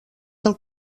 del